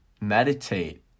meditate